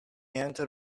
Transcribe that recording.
into